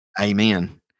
Amen